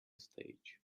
stage